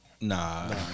Nah